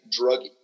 druggie